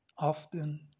often